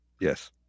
Yes